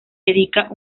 dedica